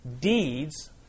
deeds